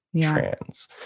trans